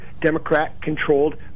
Democrat-controlled